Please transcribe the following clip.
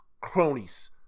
cronies